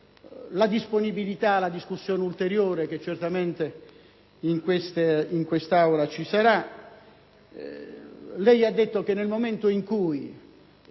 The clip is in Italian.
la disponibilità ad una discussione ulteriore che certamente in quest'Aula ci sarà. Lei ha detto che nel momento in cui